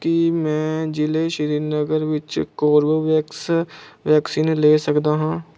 ਕੀ ਮੈਂ ਜ਼ਿਲ੍ਹੇ ਸ਼੍ਰੀਨਗਰ ਵਿੱਚ ਕੋਰਬਵੈਕਸ ਵੈਕਸੀਨ ਲੈ ਸਕਦਾ ਹਾਂ